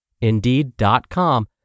Indeed.com